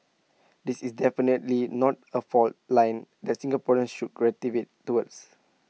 this is definitely not A fault line that Singaporeans should gravitate towards